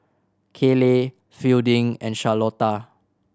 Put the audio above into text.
Kayley Fielding and Charlotta